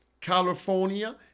California